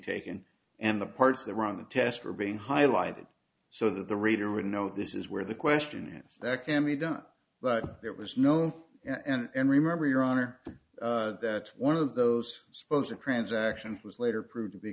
taken and the parts that were on the test were being highlighted so that the reader would know this is where the question is that can be done but it was known and remember your honor that's one of those suppose a transaction was later proved to be